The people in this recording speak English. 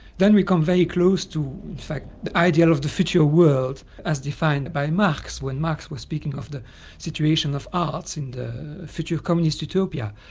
then we come very close to the idea of the future world as defined by marx when marx was speaking of the situation of arts in the future communist utopia,